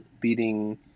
Beating